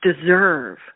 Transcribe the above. deserve